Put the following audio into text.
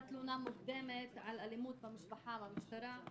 תלונה מוקדמת על אלימות במשפחה במשטרה.